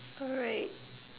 alright